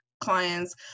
clients